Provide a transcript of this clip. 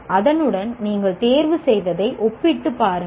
அதனுடன் நீங்கள் தேர்வு செய்ததை ஒப்பிட்டு பாருங்கள்